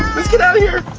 let's get out of here